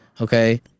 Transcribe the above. Okay